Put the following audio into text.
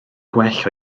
gwell